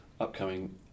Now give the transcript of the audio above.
upcoming